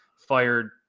fired